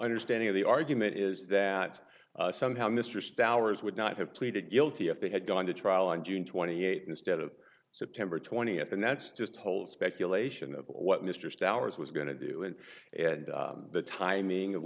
understanding of the argument is that somehow mr souers would not have pleaded guilty if they had gone to trial on june twenty eighth instead of september twentieth and that's just whole speculation of what mr souers was going to do it and the timing of